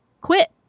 Quit